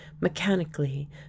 mechanically